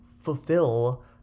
fulfill